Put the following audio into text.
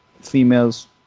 females